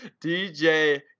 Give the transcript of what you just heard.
DJ